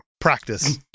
practice